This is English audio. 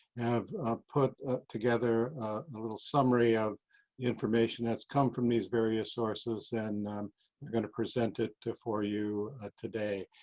have put together a little summary of information that's come from these various sources and they're going to present it to for you ah today.